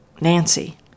Nancy